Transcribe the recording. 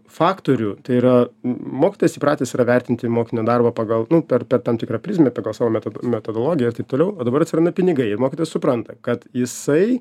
faktorių tai yra m mokytojas įpratęs yra vertinti mokinio darbą pagal nu per per tam tikrą prizmę pagal savo meto metodologiją ir taip toliau o dabar atsiranda pinigai ir mokytojas supranta kad jisai